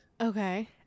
Okay